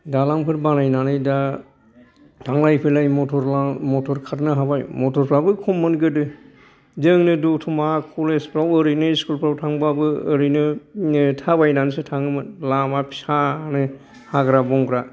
दालांफोर बानायनानै दा थांलाय फैलाय मटर ला मटर खारनो हाबाय मटरफ्राबो खममोन गोदो जोंनो दतमा कलेज फ्राव ओरैनो स्कुल फ्राव थांबाबो ओरैनो थाबायनानैसो थाङोमोन लामा फिसानो हाग्रा बंग्रा